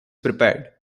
prepared